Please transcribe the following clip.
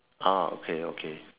ah okay okay